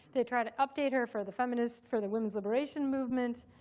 they try to update her for the feminists, for the women's liberation movement.